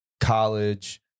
college